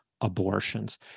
abortions